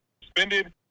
suspended